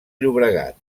llobregat